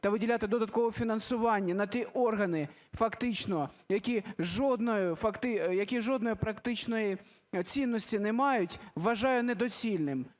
та виділяти додаткове фінансування на ті органи фактично, які жодної практичної цінності не мають, вважаю недоцільним.